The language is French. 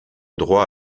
droit